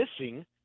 missing